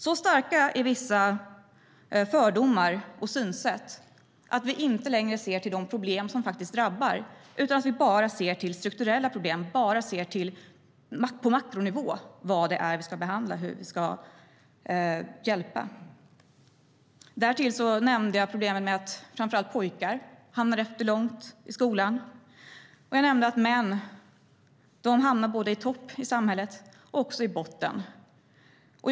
Så starka är vissa fördomar och synsätt att vi inte längre ser till de problem som faktiskt drabbar utan bara till strukturella problem. Vi ser bara på makronivå vad det är vi ska behandla och hur vi ska hjälpa. Därtill nämnde jag problemen med att framför allt pojkar hamnar långt efter i skolan, och jag nämnde att män hamnar inte bara i toppen utan också i botten av samhället.